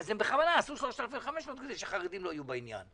אז הם בכוונה עשו 3,500 כדי שהחרדים לא יהיו בעניין.